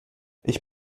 ich